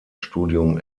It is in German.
studium